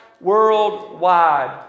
worldwide